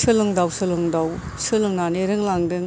सोलोंदाव सोलोंदाव सोलोंनानै रोंलांदों